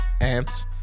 Ants